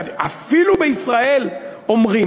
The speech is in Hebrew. אפילו בישראל אומרים.